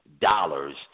dollars